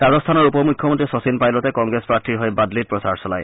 ৰাজস্থানৰ উপ মুখ্যমন্ত্ৰী শচীন পাইলটে কংগ্ৰেছ প্ৰাৰ্থীৰ হৈ বাদলিত প্ৰচাৰ চলায়